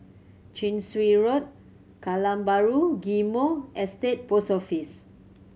Chin Swee Road Kallang Bahru Ghim Moh Estate Post Office